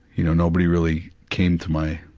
you know, nobody really came to my,